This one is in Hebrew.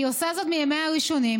היא עושה זאת מימיה הראשונים,